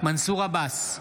מנסור עבאס,